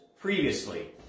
previously